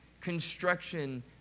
construction